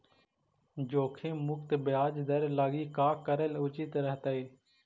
जोखिम मुक्त ब्याज दर लागी का करल उचित रहतई?